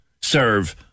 serve